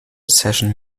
session